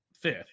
fifth